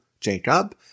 Jacob